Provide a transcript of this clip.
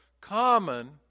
Common